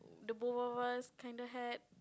the both of us kind of had